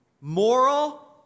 Moral